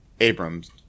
Abrams